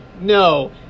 No